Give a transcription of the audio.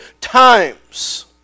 times